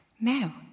Now